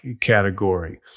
category